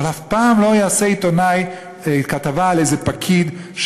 אבל שפעם לא יעשה עיתונאי כתבה על איזה פקיד,